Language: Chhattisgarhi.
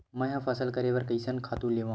मैं ह फसल करे बर कइसन खातु लेवां?